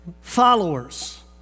followers